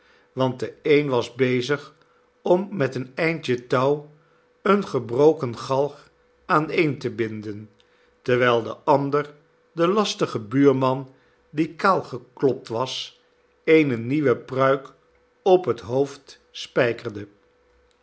want de een was bezig om met een eindje touw eene gebrokene galg aaneen te binden terwijl de ander den lastigen buurman die kaal geklopt was eene nieuwe pruik op het hoofd